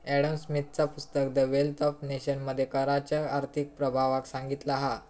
Adam स्मिथचा पुस्तक the wealth of nation मध्ये कराच्या आर्थिक प्रभावाक सांगितला हा